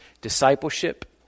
discipleship